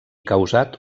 causat